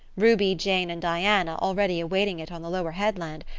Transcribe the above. ruby, jane, and diana, already awaiting it on the lower headland,